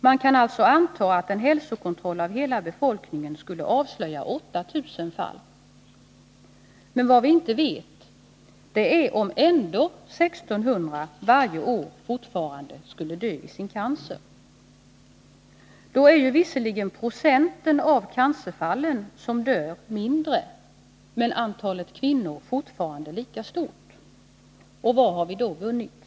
Man kan alltså anta att en hälsokontroll av hela befolkningen skulle avslöja 8 000 fall. Men vad vi inte vet, det är om ändå 1600 varje år fortfarande skulle dö i sin cancer. Då är visserligen procenten av cancerfallen som dör mindre, men antalet kvinnor är fortfarande lika stort. Och vad har vi då vunnit?